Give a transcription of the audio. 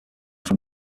from